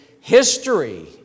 history